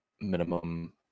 minimum